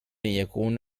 يكون